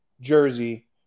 Jersey